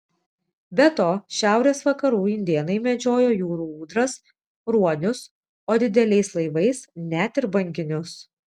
be to šiaurės vakarų indėnai medžiojo jūrų ūdras ruonius o dideliais laivais net ir banginius